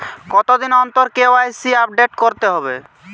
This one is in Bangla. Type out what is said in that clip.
কতদিন অন্তর কে.ওয়াই.সি আপডেট করতে হবে?